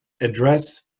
address